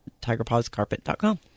tigerpawscarpet.com